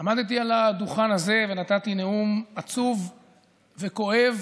עמדתי על הדוכן הזה ונתתי נאום עצוב וכואב